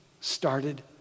started